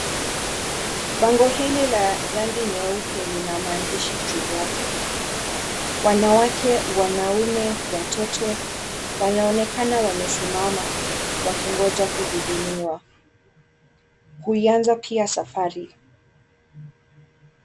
Bango hili la rangi nyeupe lina maandishi juu yake. Wanawake, wanaume, watoto, wanaonekana wamesimama wakigoja kuhudumiwa, kuianza pia safari.